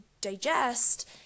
digest